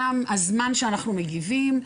גם הזמן שאנחנו מגיבים,